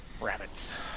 Rabbits